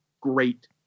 great